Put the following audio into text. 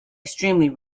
extremely